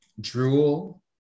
Drool